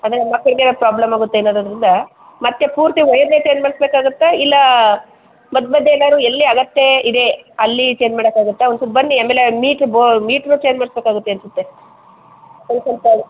ಅದೇ ಮಕ್ಳಿಗೇನು ಪ್ರಾಬ್ಲಮ್ ಆಗುತ್ತೆ ಅನ್ನೋದ್ರಿಂದ ಮತ್ತೆ ಪೂರ್ತಿ ವಯರೇ ಚೇಂಜ್ ಮಾಡಿಸ್ಬೇಕಾಗುತ್ತ ಇಲ್ಲ ಮಧ್ಯ ಮಧ್ಯ ಎಲ್ಲರು ಎಲ್ಲೆ ಅಗತ್ಯವಿದೆ ಅಲ್ಲಿ ಚೇಂಜ್ ಮಾಡೋಕಾಗುತ್ತಾ ಒಂದು ಚೂರು ಬನ್ನಿ ಆಮೇಲೆ ಮಿಟ್ರ್ ಬೊ ಮೀಟ್ರು ಚೇಂಜ್ ಮಾಡಿಸ್ಬೇಕಾಗುತ್ತೆ ಅನ್ಸುತ್ತೆ ಒಂದು ಸ್ವಲ್ಪ